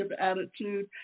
attitude